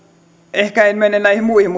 ehkä en mene näihin muihin